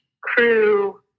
crew –